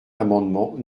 l’amendement